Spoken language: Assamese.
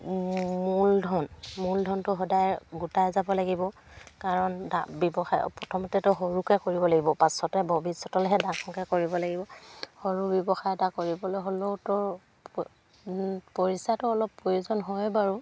মূলধন মূলধনটো সদায় গোটাই যাব লাগিব কাৰণ দা ব্যৱসায় প্ৰথমতেতো সৰুকৈ কৰিব লাগিব পাছতে ভৱিষ্যতলৈহে ডাঙকৈ কৰিব লাগিব সৰু ব্যৱসায় এটা কৰিবলৈ হ'লেও তো পইচাটো অলপ প্ৰয়োজন হয় বাৰু